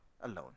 alone